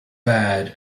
bad